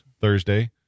Thursday